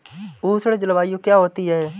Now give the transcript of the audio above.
उष्ण जलवायु क्या होती है?